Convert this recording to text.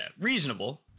reasonable